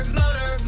motor